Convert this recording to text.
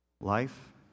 Life